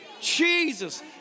Jesus